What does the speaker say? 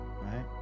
right